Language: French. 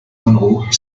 monroe